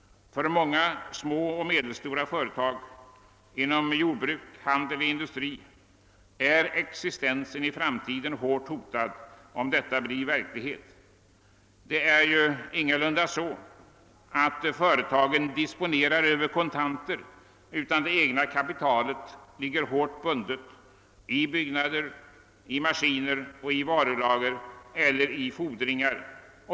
För många små och medelstora företag inom jordbruk, handel och industri är existensen i framtiden hårt hotad, om förslagen blir verklighet. Företagen disponerar nämligen inte över kontanter, utan det egna kapitalet ligger hårt bundet i byggna der och maskiner, varulager och fordringar.